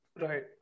Right